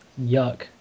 Yuck